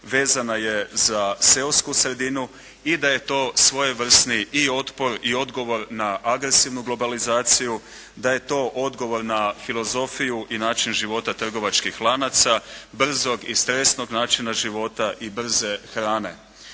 vezana je za seosku sredinu i da je to svojevrsni i otpor i odgovor na agresivnu globalizaciju, da je to odgovor na filozofiju i način života trgovačkih lanaca, brzog i stresnog načina života i brze hrane.